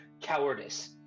cowardice